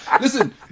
Listen